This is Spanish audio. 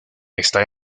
está